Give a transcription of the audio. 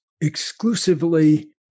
exclusively